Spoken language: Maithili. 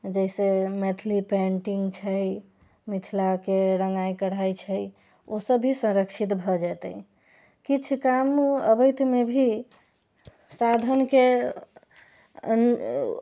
जैसे मैथिली पेन्टिंग छै मिथिलाके रङ्गाइ कढ़ाइ छै ओसभ भी संरक्षित भए जेतै किछु काम अबैतमे भी साधनके